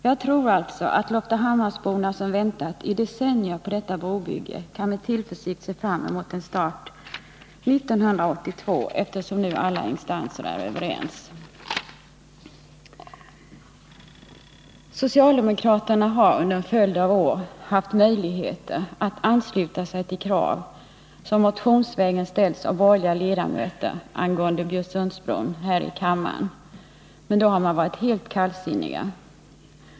Jag tror alltså att loftahammarsborna, som i decennier väntat på detta 143 brobygge, med tillförsikt kan se fram emot en byggstart 1982, eftersom nu alla instanser är överens. Socialdemokraterna har under en följd av år haft möjligheter att ansluta sig till krav angående Bjursundsbron som motionsvägen ställts av borgerliga ledamöter här i kammaren — men då har de varit helt kallsinniga.